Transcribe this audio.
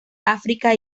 áfrica